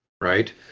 right